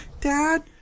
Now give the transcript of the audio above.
Dad